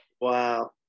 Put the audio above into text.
wow